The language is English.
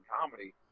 comedy